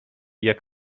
jak